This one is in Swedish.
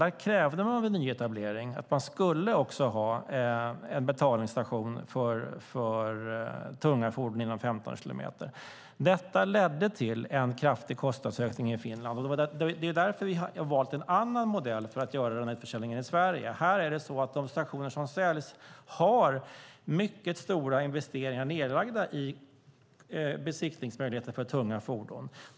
Där krävde man vid nyetablering att det också skulle finnas en besiktningsstation för tunga fordon inom 15 kilometer. Detta ledde till en kraftig kostnadsökning i Finland. Det är därför vi har valt en annan modell för att göra den här utförsäljningen i Sverige. De stationer som säljs här har mycket stora investeringar nedlagda i besiktningsmöjligheten för tunga fordon.